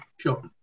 sure